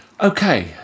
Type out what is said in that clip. okay